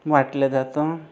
वाटला जातो